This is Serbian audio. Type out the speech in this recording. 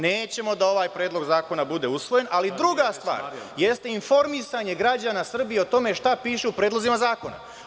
Nećemo da ovaj predlog zakona bude usvojen, ali druga stvar jeste informisanje građana Srbije i o tome šta piše u predlozima zakona.